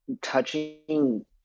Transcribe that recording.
touching